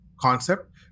concept